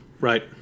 Right